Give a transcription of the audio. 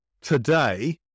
today